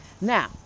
Now